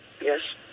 yes